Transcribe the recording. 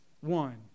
one